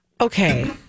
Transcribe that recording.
Okay